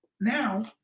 Now